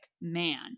man